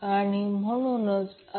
R1 0